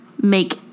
make